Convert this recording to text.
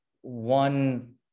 one